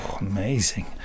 amazing